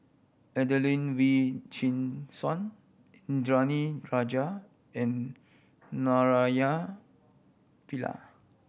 Adelene Wee Chin Suan Indranee Rajah and Naraina Pillai